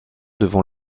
devant